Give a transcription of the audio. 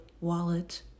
wallet